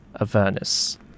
Avernus